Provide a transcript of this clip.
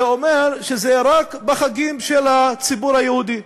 זה אומר, רק בחגים של הציבור היהודי.